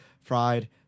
fried